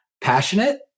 passionate